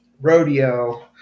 rodeo